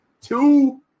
Two